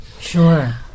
Sure